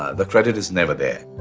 ah the credit is never there